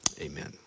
amen